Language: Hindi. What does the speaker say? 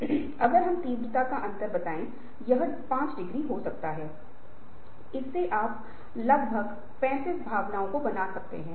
इसलिए परिवर्तन करने के लिए परिवर्तन प्रबंधन में तैयारी चरण सबसे महत्वपूर्ण है अन्यथा कर्मचारी परिवर्तन को स्वीकार नहीं करेगा